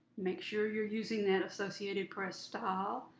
make sure you're using that associated press style.